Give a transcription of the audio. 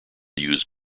use